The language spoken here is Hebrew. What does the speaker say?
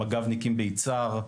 מג"בניקים ביצהר.